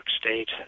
State